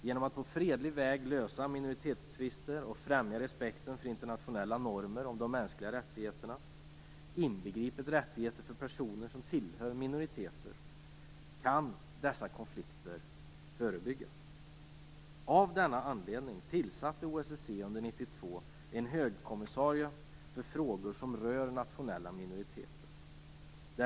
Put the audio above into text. Genom att på fredlig väg lösa minoritetstvister och främja respekten för internationella normer om de mänskliga rättigheterna, inbegripet rättigheter för personer som tillhör minoriteter, kan dessa konflikter förebyggas. Av denna anledning tillsatte OSSE under 1992 en högkommissarie för frågor som rör nationella minoriteter.